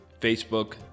Facebook